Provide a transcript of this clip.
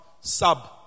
sub